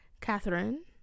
Catherine